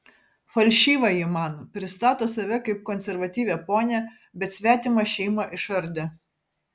falšyva ji man pristato save kaip konservatyvią ponią bet svetimą šeimą išardė